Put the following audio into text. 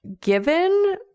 given